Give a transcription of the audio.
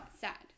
sad